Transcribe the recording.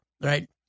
right